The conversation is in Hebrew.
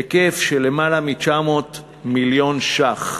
היקף של למעלה מ-900 מיליון ש"ח,